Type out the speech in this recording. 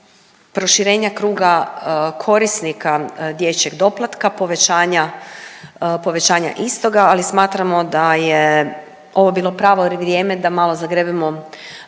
proširenja kruga korisnika dječjeg doplatka, povećanja, povećanja istoga ali smatramo da je ovo bilo pravo vrijeme da malo zagrebemo